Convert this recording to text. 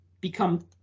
become